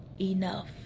enough